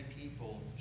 people